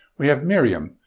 we have miriam,